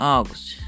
August